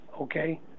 okay